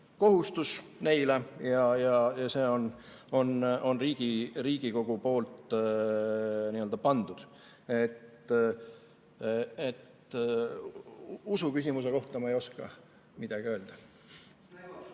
kohustus ja see on Riigikogu poolt neile pandud. Usuküsimuse kohta ma ei oska midagi öelda.